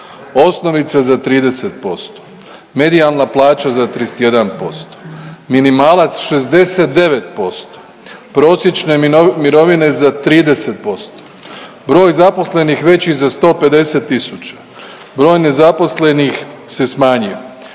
osnovica za 30%, medijalna plaća za 31%, minimalac 69%, prosječne mirovine za 30%, broj zaposlenih veći za 150 tisuća, broj nezaposlenih se smanjio,